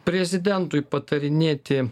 prezidentui patarinėti